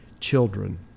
Children